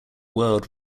world